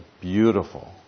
beautiful